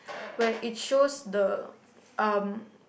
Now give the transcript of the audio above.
where it shows the um